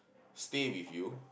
stay with you